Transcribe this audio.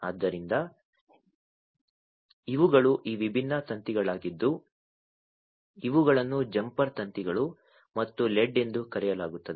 ಆದ್ದರಿಂದ ಇವುಗಳು ಈ ವಿಭಿನ್ನ ತಂತಿಗಳಾಗಿದ್ದು ಇವುಗಳನ್ನು ಜಂಪರ್ ತಂತಿಗಳು ಮತ್ತು ಲೆಡ್ ಎಂದು ಕರೆಯಲಾಗುತ್ತದೆ